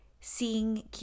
Seeing